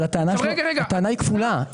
אבל הטענה היא כפולה.